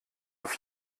auf